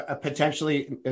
potentially